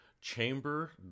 chamber